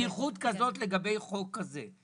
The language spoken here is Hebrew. אני לא זוכר פתיחות כזאת לגבי חוק כזה.